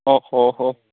ଓ ହୋ ହୋ